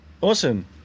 Awesome